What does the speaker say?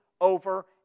over